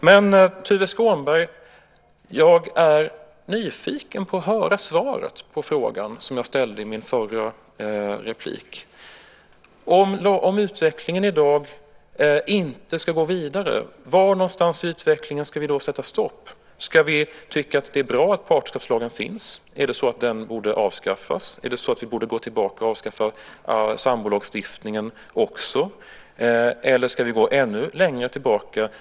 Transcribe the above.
Men, Tuve Skånberg, jag är nyfiken på att höra svaret på frågan som jag ställde i min förra replik. Om utvecklingen i dag inte ska gå vidare, var någonstans i utvecklingen ska vi då sätta stopp? Ska vi tycka att det är bra att partnerskapslagen finns? Är det så att den borde avskaffas? Är det så att vi borde gå tillbaka och avskaffa sambolagstiftningen också? Eller ska vi gå ännu längre tillbaka?